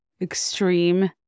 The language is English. extreme